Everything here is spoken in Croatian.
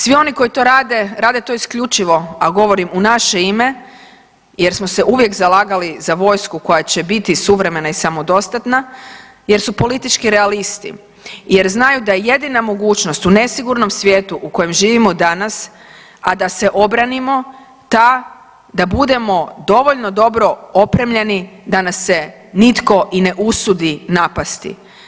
Svi oni koji to rade, rade to isključivo, a govorim u naše ime jer smo se uvijek zalagali za vojsku koja će biti suvremena i samodostatna, jer su politički realisti, jer znaju da je jedina mogućnost u nesigurnom svijetu u kojem živimo danas, a da se obranimo ta da budemo dovoljno dobro opremljeni da nas se nitko i ne usudi napasti.